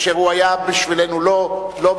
אשר היה בשבילנו לא בבחינת